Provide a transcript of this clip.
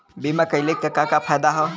बीमा कइले का का फायदा ह?